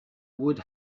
would